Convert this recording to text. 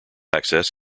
access